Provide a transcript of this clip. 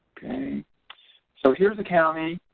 okay so here's the county